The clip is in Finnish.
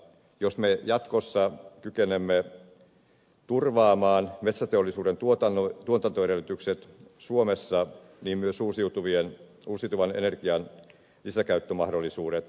jos me jatkossa kykenemme turvaamaan metsäteollisuuden tuotantoedellytykset suomessa niin myös uusiutuvan energian lisäkäyttömahdollisuudet paranevat